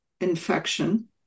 infection